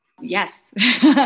Yes